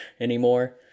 anymore